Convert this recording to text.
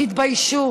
תתביישו.